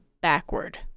backward